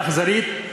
האכזרית,